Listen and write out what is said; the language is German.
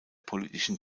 politischen